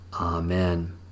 Amen